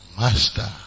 Master